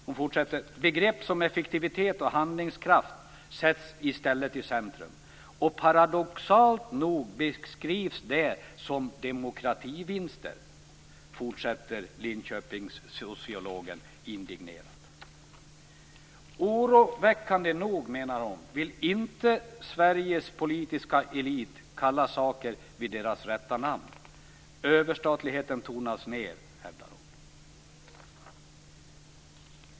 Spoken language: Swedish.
Hon säger också att begrepp som effektivitet och handlingskraft i stället sätts i centrum. Paradoxalt nog beskrivs det som demokrativinster, fortsätter Linköpingssociologen indignerat. Oroväckande nog, menar hon, vill inte Sveriges politiska elit kalla saker vid deras rätta namn. Överstatligheten tonas ned, hävdar hon.